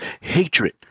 Hatred